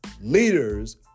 Leaders